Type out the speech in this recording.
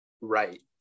Right